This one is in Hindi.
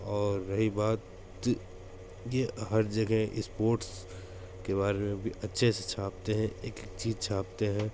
और रही बात यह हर जगह स्पॉट्स के बारे में भी अच्छे से छापते हैं एक एक चीज़ छापते हैं